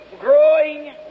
growing